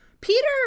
Peter